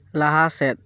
ᱞᱟᱦᱟ ᱥᱮᱫ